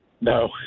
No